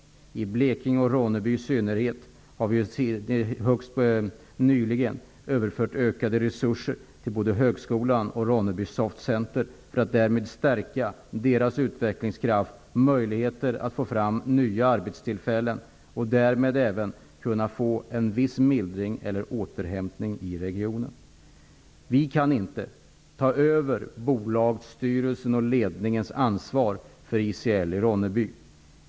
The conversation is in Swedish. Vad gäller Blekinge och Ronneby i synnerhet kan jag säga att vi högst nyligen överfört ökade resurser både till högskolan och Ronneby Soft Center. Det har vi gjort för att stärka utvecklingskraften och möjligheterna att få fram nya arbetstillfällen och därmed även få en viss mildring eller återhämtning i regionen. Regeringen kan inte ta över bolagsstyrelsens och ledningens ansvar för ICL i Ronneby.